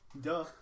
Duh